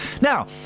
Now